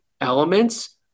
elements